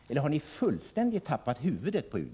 Eller har ni fullständigt tappat huvudet på UD?